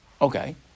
Okay